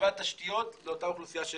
מלבד תשתיות לאותה אוכלוסייה.